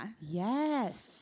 Yes